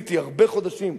שביליתי הרבה חודשים,